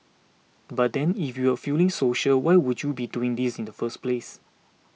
but then if you were feeling social why would you be doing this in the first place